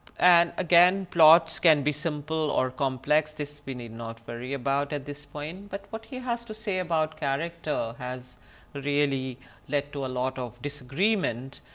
and again plots can be simple or complex this we need not worry about at this point, but what he has to say about character has really led to a lot of disagreement.